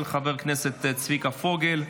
של חבר הכנסת צביקה פוגל,